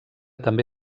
també